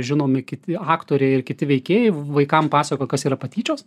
žinomi kiti aktoriai ir kiti veikėjai vaikam pasakoja kas yra patyčios